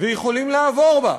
ויכולים לעבור בה,